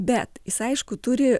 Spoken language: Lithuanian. bet jis aišku turi